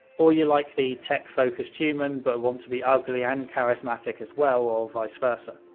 or you like the tech focused human, but want to be ugly and charismatic as well, or vice versa.